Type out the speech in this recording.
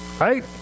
right